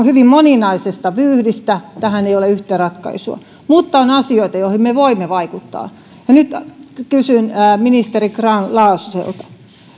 hyvin moninaisesta vyyhdistä tähän ei ole yhtä ratkaisua mutta on asioita joihin me me voimme vaikuttaa nyt kysyn ministeri grahn laasoselta